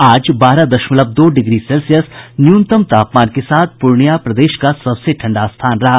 आज बारह दशमलव दो डिग्री सेल्सियस न्यूनतम तापमान के साथ पूर्णिया प्रदेश का सबसे ठंडा स्थान रहा